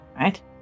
Right